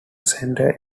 center